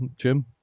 Jim